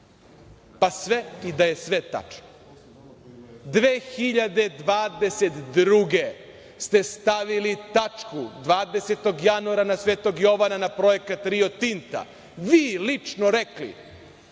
Pa, sve da je i sve tačno 2022. godine ste stavili tačku 20. januara na Svetog Jovana na projekat Rio Tinta, vi lično rekli,